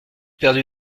perdu